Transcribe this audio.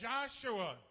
Joshua